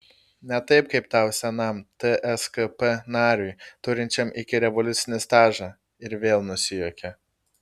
ne taip kaip tau senam tskp nariui turinčiam ikirevoliucinį stažą ir vėl nusijuokė